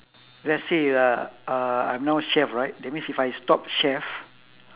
let's say lah uh I'm now chef right that means if I stop chef